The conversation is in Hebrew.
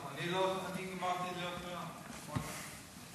אני גמרתי להיות תורן,